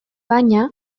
baina